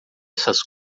essas